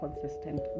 consistent